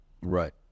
Right